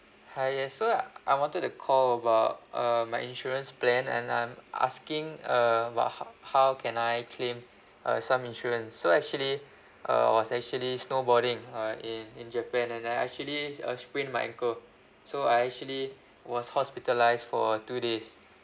hi yes so I wanted to call about uh my insurance plan and I'm asking uh bout ho~ how can I claim uh some insurance so actually I was actually snowboarding uh in in japan and I actually uh sprained my ankle so I actually was hospitalised for two days